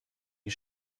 die